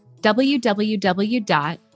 www